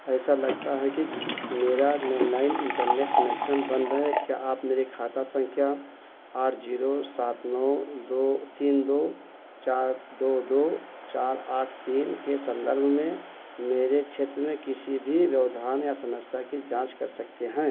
ऐसा लगता है कि मेरा लैंडलाइन इंटरनेट कनेक्शन बंद है क्या आप मेरे खाता संख्या आठ जीरो सात नौ दो तीन दो चार दो दो चार आठ तीन के संदर्भ में मेरे क्षेत्र में किसी भी व्यवधान या समस्या की जांच कर सकते हैं